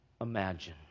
imagine